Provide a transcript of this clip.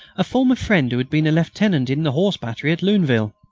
a former friend who had been a lieutenant in a horse battery at luneville.